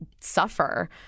suffer